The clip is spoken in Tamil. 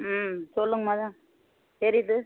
ம் சொல்லுங்கம்மா அதான் தெரியுது